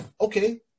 okay